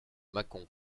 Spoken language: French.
mâcon